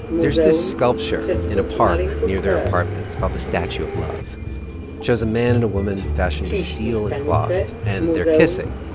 there's this sculpture in a park near their apartment it's called the statue of love. it shows a man and a woman, fashioned of steel and cloth, and they're kissing.